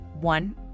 one